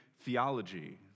theology